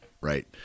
right